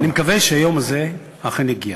אני מקווה שהיום הזה אכן יגיע.